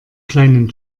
kleinen